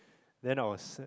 then I was